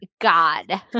God